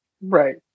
right